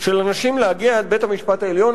של אנשים להגיע עד בית-המשפט העליון.